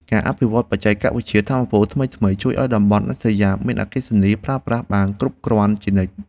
ការអភិវឌ្ឍបច្ចេកវិទ្យាថាមពលថ្មីៗ ជួយឱ្យតំបន់ដាច់ស្រយាលមានអគ្គិសនីប្រើប្រាស់បានគ្រប់គ្រាន់ជានិច្ច។